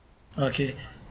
okay